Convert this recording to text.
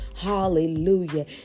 Hallelujah